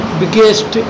biggest